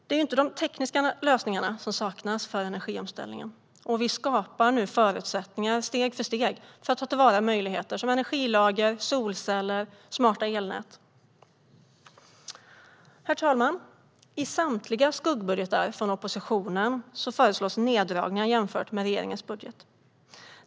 Det är inte de tekniska lösningarna som saknas för energiomställningen. Vi skapar nu förutsättningar steg för steg för att ta till vara möjligheter som energilager, solceller och smarta elnät. Herr talman! I samtliga skuggbudgetar från oppositionen föreslås neddragningar jämfört med regeringens budget.